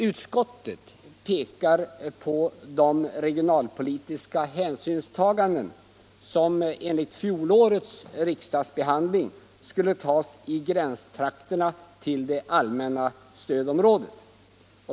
Utskottet pekar på de regionalpolitiska hänsynstaganden som enligt fjolårets riksdagsbeslut skulle göras i gränstrakterna till det allmänna stödområdet.